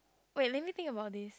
wait let me think about this